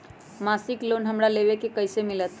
मासिक लोन हमरा लेवे के हई कैसे मिलत?